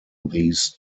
these